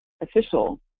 official